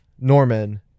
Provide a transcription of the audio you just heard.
Norman